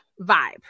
vibe